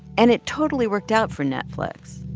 and it totally worked out for netflix.